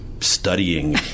studying